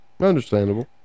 understandable